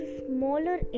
smaller